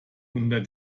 unter